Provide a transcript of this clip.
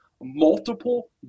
multiple